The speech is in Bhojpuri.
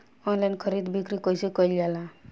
आनलाइन खरीद बिक्री कइसे कइल जाला?